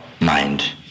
mind